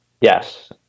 Yes